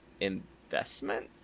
investment